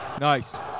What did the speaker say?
Nice